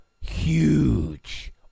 huge